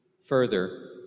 further